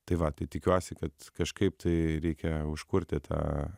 tai va tai tikiuosi kad kažkaip tai reikia užkurti tą